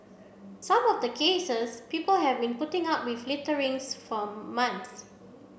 some of the cases people have been putting up with littering for months